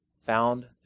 found